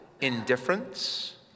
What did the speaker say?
indifference